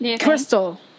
Crystal